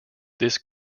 this